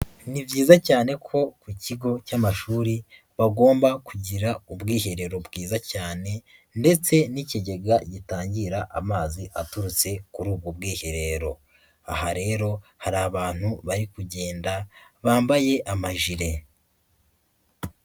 Ni byiza cyane ko ku kigo cy'amashuri bagomba kugira ubwiherero bwiza cyane ndetse n'ikigega gitangira amazi aturutse kuri ubwo bwiherero, aha rero hari abantu bari kugenda bambaye amajire.